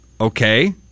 Okay